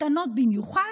קטנות במיוחד.